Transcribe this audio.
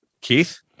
Keith